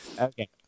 okay